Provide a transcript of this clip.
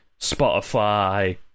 Spotify